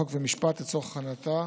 חוק ומשפט לצורך הכנתה